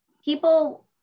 people